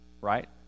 right